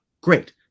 great